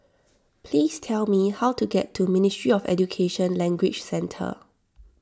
please tell me how to get to Ministry of Education Language Centre